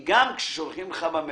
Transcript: גם כששולחים לך במייל,